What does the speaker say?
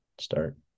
start